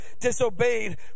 disobeyed